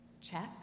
Check